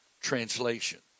translation